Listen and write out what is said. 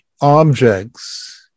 objects